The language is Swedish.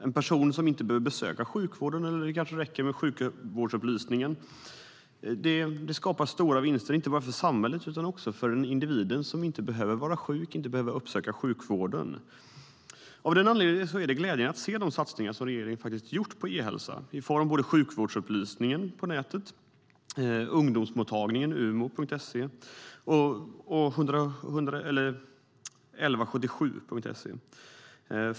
En person behöver kanske inte uppsöka sjukvården, utan det räcker med att kontakta sjukvårdsupplysningen. Det skapar stora vinster inte bara för samhället utan också för individen som inte behöver bli sjuk och uppsöka sjukvården. Av den anledningen är det glädjande att se de satsningar som regeringen har gjort på e-hälsa i form av sjukvårdsupplysningen på nätet, 1177.se, eller Ungdomsmottagningen, Umo.se.